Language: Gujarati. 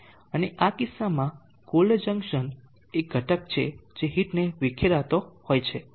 અને આ કિસ્સામાં કોલ્ડ જંકશન એ ઘટક છે જે હીટને વિખેરતો હોય છે